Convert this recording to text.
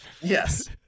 Yes